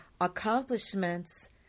accomplishments